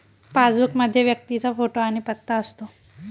passbook मध्ये व्यक्तीचा photo आणि पत्ता असतो